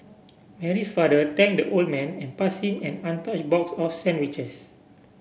Mary's father thanked the old man and passed him an untouched box of sandwiches